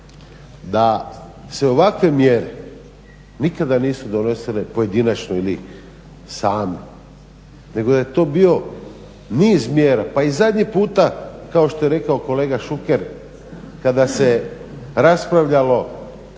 da se ovakve mjere nikada nisu donosile pojedinačno ili sami nego da je to bio niz mjera. Pa i zadnji puta kao što je rekao kolega Šuker kada se raspravljalo